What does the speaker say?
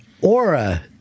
Aura